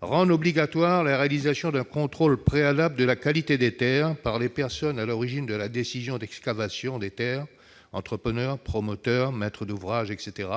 rendre obligatoire la réalisation d'un contrôle préalable de la qualité des terres par les personnes à l'origine de la décision d'excavation des terres- entrepreneurs, promoteurs, maîtres d'ouvrage, etc.